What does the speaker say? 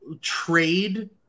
trade